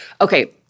Okay